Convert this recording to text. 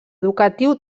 educatiu